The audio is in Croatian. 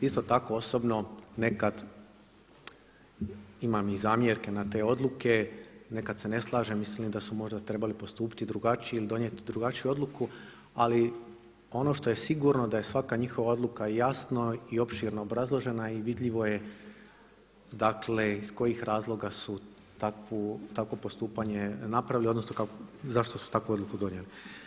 Isto tako osobno nekad imam i zamjerke na te odluke, nekad se ne slažem, mislim da su možda trebali postupiti drugačije ili donijeti drugačiju odluku ali ono što je sigurno da je svaka njihova odluka jasno i opširno obrazložena i vidljivo je dakle iz kojih razloga su takvo postupanje napravili odnosno zašto su takvu odluku donijeli.